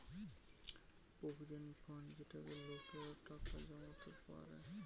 provident fund যেটাতে লোকেরা টাকা জমাতে পারে